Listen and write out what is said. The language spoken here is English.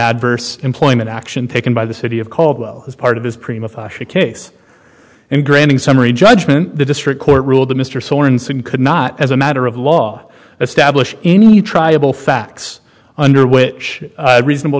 adverse employment action taken by the city of caldwell as part of his prima facia case and granting summary judgment the district court ruled that mr sorenson could not as a matter of law establish any triable facts under which a reasonable